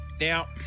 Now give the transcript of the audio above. Now